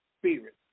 spirit